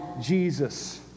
Jesus